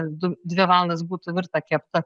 du dvi valandas būtų virta kepta